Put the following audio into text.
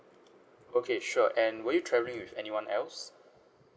okay sure and were you travelling with anyone else